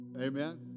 amen